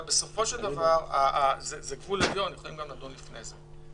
זה גבול עליון יכולים לדון גם לפני זה.